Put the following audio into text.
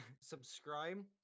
Subscribe